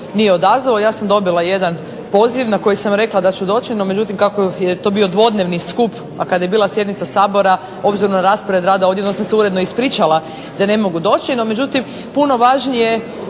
nije odazvao, ja sam dobila jedan poziv na koji sam rekla da ću doći, no međutim, kako je to bio dvodnevni skup a kada je bila sjednica Sabora, obzirom na rasprave ja sam se ispričala da ne mogu doći, no međutim, puno važnije